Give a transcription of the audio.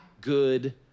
good